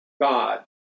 God